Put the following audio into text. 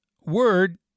word